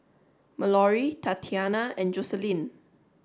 Mallory Tatianna and Joselyn